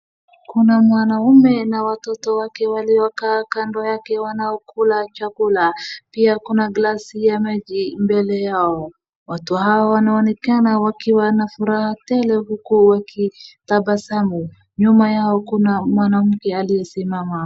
Kuna mwanaume na watoto wake waliokaa kando yake wanaokula chakula. Pia kuna glasi ya maji mbele yao. Watu hawa wanaonekana wakiwa na furaha tele uku wakitabasamu. Nyuma yao kuna mwanamke aliyesimama.